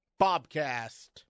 Bobcast